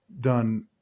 done